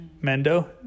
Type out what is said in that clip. Mendo